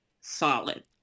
solid